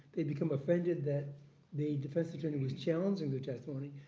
they'd become offended that the defense attorney was challenging their testimony.